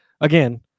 Again